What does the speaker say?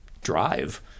drive